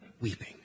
weeping